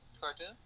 cartoon